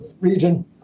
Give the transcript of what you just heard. region